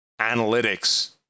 analytics